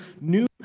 new